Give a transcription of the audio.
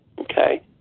Okay